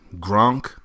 Gronk